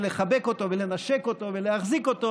ולחבק אותו ולנשק אותו ולהחזיק אותו,